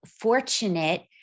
fortunate